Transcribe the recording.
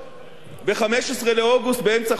ב-15 באוגוסט, באמצע חודש אוגוסט.